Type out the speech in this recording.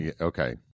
okay